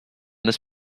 this